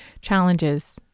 challenges